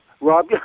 Rob